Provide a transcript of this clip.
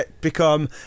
become